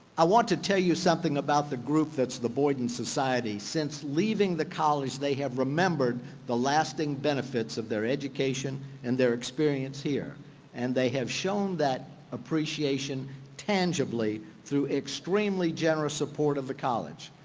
i want to tell you something about the group that's the boydton society. since leaving the college, they have remembered the lasting benefits of their education and their experience here and they have shown that appreciation tangibly through extremely generous support of the college.